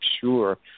sure